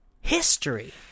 history